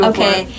Okay